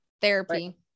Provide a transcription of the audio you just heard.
therapy